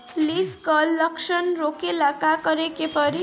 Leaf curl लक्षण रोकेला का करे के परी?